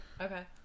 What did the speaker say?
okay